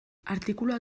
artikulua